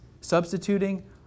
substituting